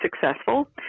successful